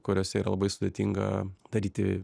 kuriose yra labai sudėtinga daryti